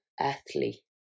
earthly